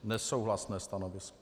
Nesouhlasné stanovisko.